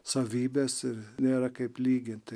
savybes ir nėra kaip lyginti